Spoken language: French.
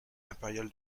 impériale